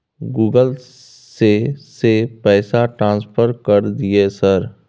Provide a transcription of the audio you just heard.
Google से से पैसा ट्रांसफर कर दिय सर?